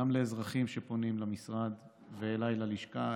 גם לאזרחים שפונים אל המשרד ואליי ללשכה.